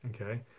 okay